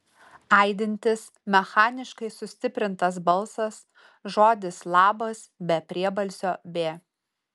aidintis mechaniškai sustiprintas balsas žodis labas be priebalsio b